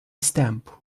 stamp